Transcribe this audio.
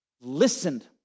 Listened